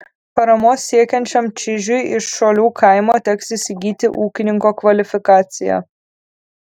paramos siekiančiam čižiui iš šolių kaimo teks įsigyti ūkininko kvalifikaciją